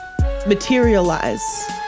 materialize